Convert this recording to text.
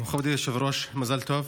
מכובדי היושב-ראש, מזל טוב.